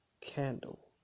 candle